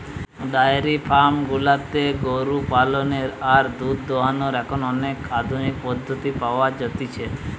diary farm গুলাতে গরু পালনের আর দুধ দোহানোর এখন অনেক আধুনিক পদ্ধতি পাওয়া যতিছে